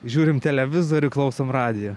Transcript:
žiūrim televizorių klausom radijo